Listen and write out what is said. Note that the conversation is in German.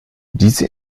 diese